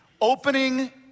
opening